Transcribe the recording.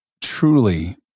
truly